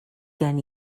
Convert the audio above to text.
gen